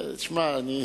לא.